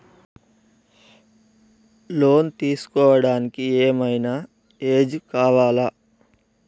Loan తీస్కోవడానికి ఏం ఐనా ఏజ్ కావాలా?